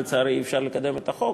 לצערי אי-אפשר לקדם את החוק,